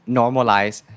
normalize